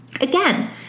Again